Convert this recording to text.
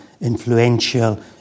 influential